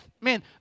man